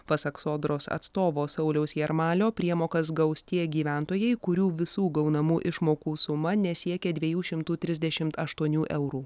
pasak sodros atstovo sauliaus jarmalio priemokas gaus tie gyventojai kurių visų gaunamų išmokų suma nesiekia dviejų šimtų trisdešimt aštuonių eurų